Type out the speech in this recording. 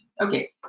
Okay